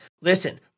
Listen